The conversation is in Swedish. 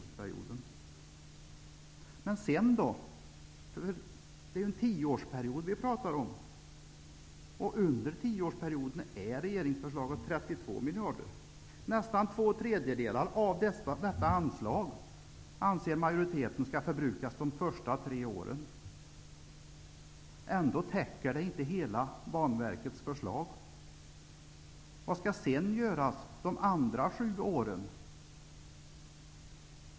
Vi talar ju om en tioårsperiod. För tioårsperioden är regeringsförslaget 32 miljarder. Nästan två tredjedelar av detta anslag anser alltså majoriteten skall förbrukas under de första tre åren. Ändå täcker man inte Banverkets hela förslag. Vad skall man göra de resterande sju åren?